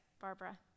Barbara